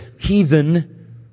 heathen